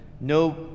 no